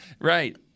right